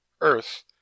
earth